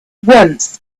once